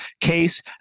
case